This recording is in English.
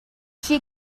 she